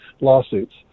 lawsuits